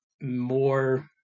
more